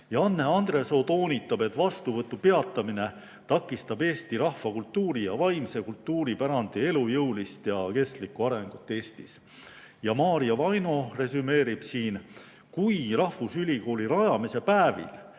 Janne Andresoo toonitab, et vastuvõtu peatamine takistab eesti rahvakultuuri ja vaimse kultuuripärandi elujõulist ja kestlikku arengut Eestis. Maarja Vaino resümeerib: "Kui rahvusülikooli rajamise päevil